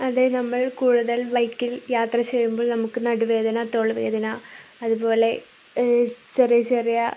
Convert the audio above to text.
അതെ നമ്മൾ കൂടുതൽ ബൈക്കിൽ യാത്ര ചെയ്യുമ്പോൾ നമുക്കു നടുവേദന തോളുവേദന അതുപോലെ ചെറിയ ചെറിയ